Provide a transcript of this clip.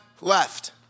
left